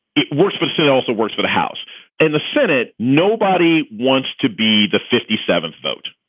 it works. forsett also works for the house and the senate. nobody wants to be the fifty seventh vote.